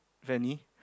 Fanny